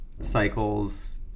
cycles